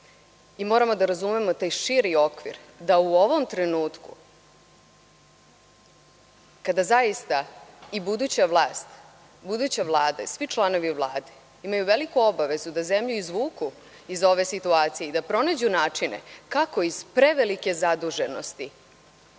društvo. Moramo da razumemo taj širi okvir, da u ovom trenutku zaista i buduća vlast, buduća Vlada i svi članovi Vlade imaju veliku obavezu da zemlju izvuku iz ove situacije i da pronađu načine kako iz prevelike zaduženosti